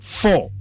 four